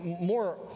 more